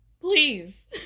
Please